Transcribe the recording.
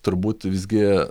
turbūt visgi